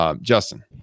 Justin